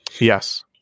Yes